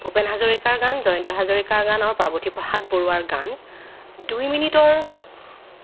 ভূপেন হাজৰিকাৰ গান জয়ন্ত হাজৰিকাৰ গান আৰু পাৰ্বতি প্ৰসাদ বৰুৱাৰ গান দুই মিনিটৰ